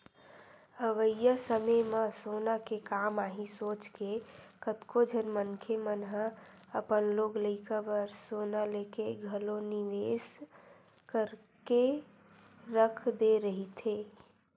अवइया समे म सोना के काम आही सोचके कतको झन मनखे मन ह अपन लोग लइका बर सोना लेके घलो निवेस करके रख दे रहिथे